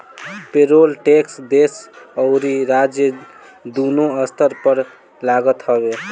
payroll tax देस अउरी राज्य दूनो स्तर पर लागत हवे